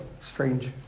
Strange